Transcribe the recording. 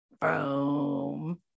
Boom